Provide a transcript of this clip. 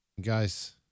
Guys